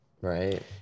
Right